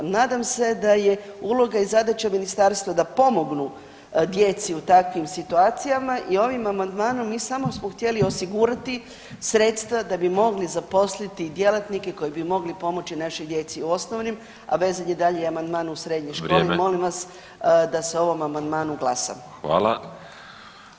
Nadam se da je uloga i zadaća ministarstva da pomognu djeci u takvim situacijama i ovim amandmanom mi samo smo htjeli osigurati sredstva da bi mogli zaposliti i djelatnike koji bi mogli pomoći našoj djeci u osnovnoj, a vezan je dalje i amandman uz srednje škole [[Upadica: Vrijeme]] i molim vas da se o ovom amandmanu glasa.